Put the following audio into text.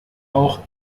auch